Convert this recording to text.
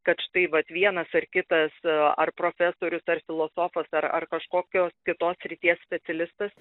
kad štai vat vienas ar kitas ar profesorius ar filosofas ar ar kažkokios kitos srities specialistas